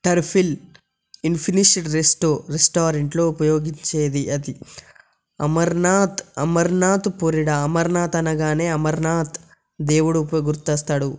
టర్ఫీల్ ఇన్ఫినిషన్ రెస్టో రెస్టారెంట్లో ఉపయోగించేది అది అమర్నాథ్ అమర్నాథ్ పొరిడా అమర్నాథ్ అనగానే అమరనాథ్ దేవుడు కూడా గుర్తు వస్తాడు